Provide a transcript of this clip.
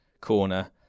corner